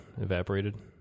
evaporated